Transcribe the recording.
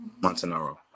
Montanaro